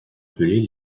appelés